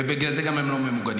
ובגלל זה הם גם לא ממוגנים.